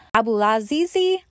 Abulazizi